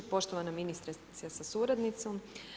Poštovana ministrice sa suradnicom.